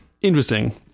Interesting